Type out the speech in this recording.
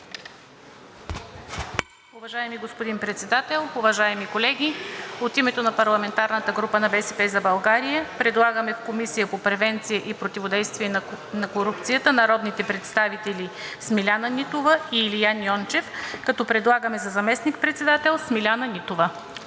Уважаеми господин Председател, уважаеми колеги! От името на парламентарната група „БСП за България“ предлагаме в Комисията по превенция и противодействие на корупцията народните представители Смиляна Нитова-Кръстева и Илиян Йончев, като предлагаме за заместник-председател Смиляна